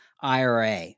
IRA